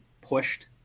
pushed